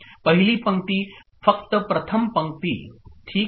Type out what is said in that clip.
पहिली पंक्ती फक्त प्रथम पंक्ती ठीक आहे